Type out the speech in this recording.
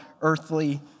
earthly